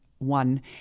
one